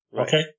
Okay